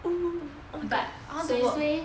but suay suay